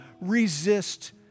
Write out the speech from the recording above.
resist